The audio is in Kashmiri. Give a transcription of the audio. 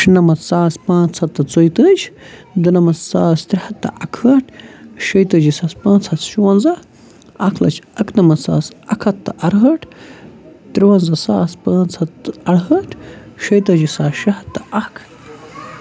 شُنَمَتھ ساس پانٛژھ ہَتھ تہٕ ژۄیہِ تٲجۍ دُنَمَتھ ساس ترٛےٚ ہَتھ تہٕ اَکہٕ ہٲٹھ شیٚیہِ تٲجی ساس پانٛژھ ہَتھ شُونٛزاہ اَکھ لَچھ اَکہٕ نَمَتھ ساس اَکھ ہَتھ تہٕ اَرٕہٲٹھ ترُوَنزاہ ساس پانٛژھ ہَتھ تہٕ اَرٕہٲٹھ شیٚیہِ تٲجی ساس شےٚ ہَتھ تہٕ اَکھ